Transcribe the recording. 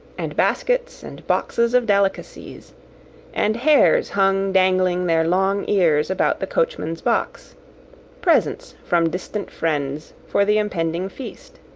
and baskets and boxes of delicacies and hares hung dangling their long ears about the coachman's box presents from distant friends for the impending feast.